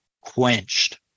quenched